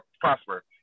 prosper